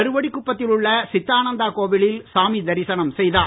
கருவடிகுப்பத்தில் உள்ள சித்தானந்தா கோவிலில் சாமி தரிசனம் செய்தார்